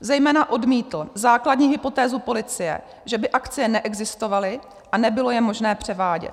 Zejména odmítl základní hypotézu policie, že by akcie neexistovaly a nebylo je možné převádět.